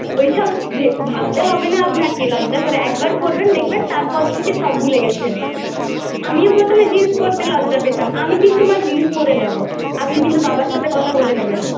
ওইসব ভাবতে হবে না আপনাকে লজ্জা করে একবার পরবেন দেখবেন তারপর থেকে সব ভুলে গেছেন আমিও প্রথমে জিন্স পরতে লজ্জা পেতাম আমি কিন্তু মা জিন্স পরে যাবো আপনি কিন্তু বাবার সাথে কথা বলে নেবেন